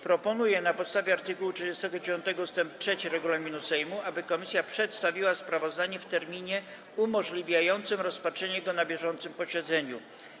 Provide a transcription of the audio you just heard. Proponuję na podstawie art. 39 ust. 3 regulaminu Sejmu, aby komisja przedstawiła sprawozdanie w terminie umożliwiającym rozpatrzenie go na bieżącym posiedzeniu.